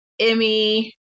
emmy